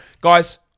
Guys